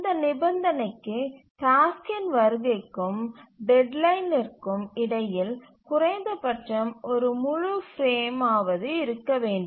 இந்த நிபந்தனைக்கு டாஸ்க்கின் வருகைக்கும் டெட்லைன் விற்கும் இடையில் குறைந்தபட்சம் ஒரு முழு பிரேம் ஆவது இருக்க வேண்டும்